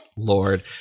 Lord